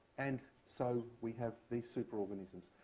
and so we have these superorganisms.